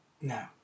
No